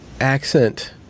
accent